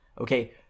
okay